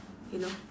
you know